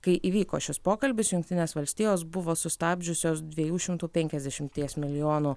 kai įvyko šis pokalbis jungtinės valstijos buvo sustabdžiusios dviejų šimtų penkiasdešimties milijonų